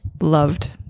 loved